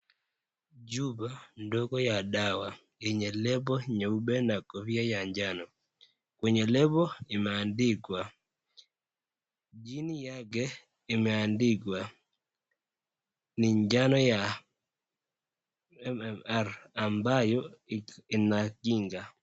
Chupa ndogo ya dawa yenye lebo nyeupe na kofia ya njano. Kwenye lebo imeandikwa chini yake imeandikwa ni njano ya MMR ambayo inakinga.